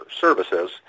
services